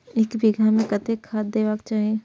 एक बिघा में कतेक खाघ देबाक चाही?